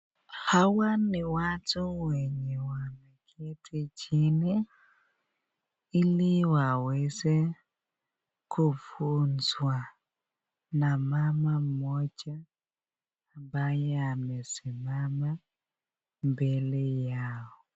Hawa ni watu wenye wameketi chini ili waweze kufunzwa na mama mmoja ambaye amesimama mbele yao.